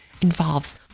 involves